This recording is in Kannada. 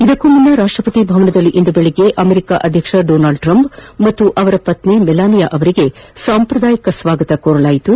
ಇದಕ್ಕೂ ಮುನ್ನ ರಾಷ್ಟಪತಿ ಭವನದಲ್ಲಿ ಇಂದು ಬೆಳಿಗ್ಗೆ ಅಮೆರಿಕ ಅಧ್ಯಕ್ಷ ಡೊನಾಲ್ಡ್ ಟ್ರಂಪ್ ಹಾಗೂ ಅವರ ಪತ್ತಿ ಮೆಲಾನಿಯಾ ಅವರಿಗೆ ಸಾಂಪ್ರದಾಯಿಕ ಸ್ನಾಗತ ಕೋರಲಾಯಿತು